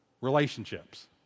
relationships